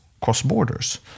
cross-borders